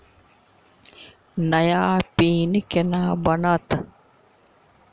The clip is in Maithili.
नया पिन केना बनत?